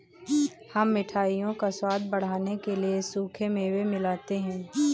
हम मिठाइयों का स्वाद बढ़ाने के लिए सूखे मेवे मिलाते हैं